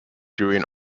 during